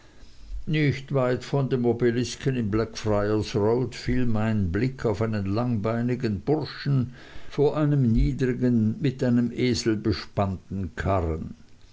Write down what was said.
nicht weit von dem obelisken in blackfriars road fiel mein blick auf einen langbeinigen burschen vor einem niedrigen mit einem esel bespannten karren